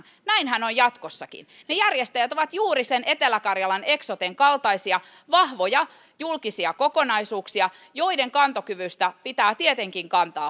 näinhän on jatkossakin ne järjestäjät ovat juuri sen etelä karjalan eksoten kaltaisia vahvoja julkisia kokonaisuuksia joiden kantokyvystä pitää tietenkin kantaa